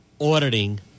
auditing